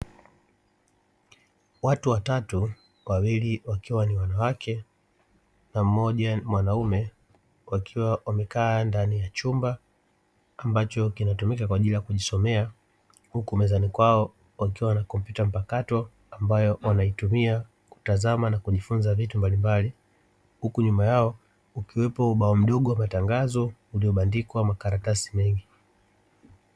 Watu watatu, wawili wakiwa ni wanawake na mmoja mwanaume wakiwa wamekaa ndani ya chumba ambacho kinatumika kwa ajili ya kujisomea, huku mezani kwao wakiwa na kompyuta mpakato ambayo wanaitumia kutazama na kujifunza vitu mbalimbali, huku nyuma yao ukiwepo ubao mdogo wa matangazo uliobandikwa makaratasi mengi.